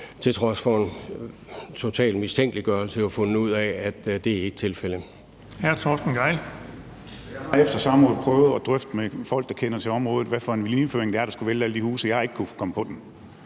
til trods for en total mistænkeliggørelse fundet ud af ikke er tilfældet.